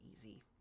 easy